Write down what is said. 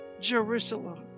Jerusalem